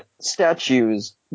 statues